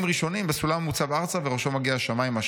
ראשונים בסולם המוצב ארצה וראשו מגיע השמיימה',